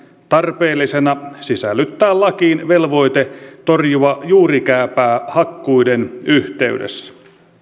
tarpeellisena sisällyttää lakiin velvoite torjua juurikääpää hakkuiden yhteydessä